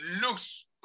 looks